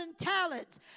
talents